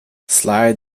slide